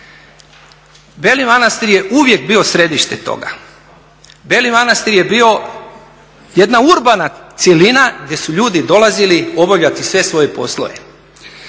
Beli Manastir je uvijek bio središte toga, Beli Manastir je bio jedna urbana cjelina gdje su ljudi dolazili obavljati sve svoje poslove.